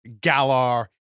Galar